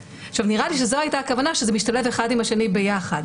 נראה לי שזו הייתה הכוונה שזה משתלב אחד עם השני ביחד.